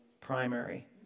primary